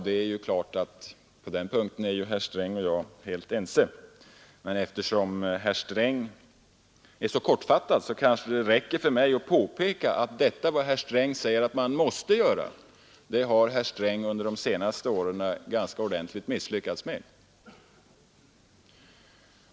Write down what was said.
Det är klart att på den punkten är herr Sträng och jag helt ense, men eftersom herr Sträng fattade sig så kort kanske det räcker för mig att påpeka att vad herr Sträng säger att man måste göra har herr Sträng under de senaste åren ganska ordentligt misslyckats med.